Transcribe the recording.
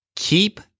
Keep